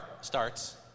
starts